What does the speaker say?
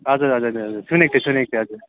हजुर हजुर सुुनेको थिएँ सुनेको थिएँ हजुर